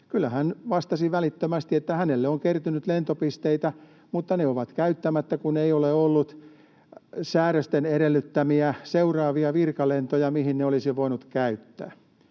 kyllä hän vastasi välittömästi, että hänelle on kertynyt lentopisteitä mutta ne ovat käyttämättä, kun ei ole ollut säädösten edellyttämiä seuraavia virkalentoja, mihin ne olisi voinut käyttää.